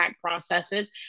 processes